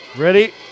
ready